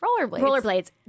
Rollerblades